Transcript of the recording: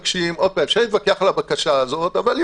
אפשר להתווכח על הבקשה הזאת אבל זאת